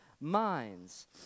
minds